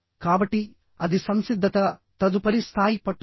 కాబట్టి అది సంసిద్ధతతదుపరి స్థాయి పట్టుదల